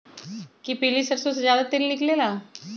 कि पीली सरसों से ज्यादा तेल निकले ला?